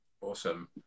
Awesome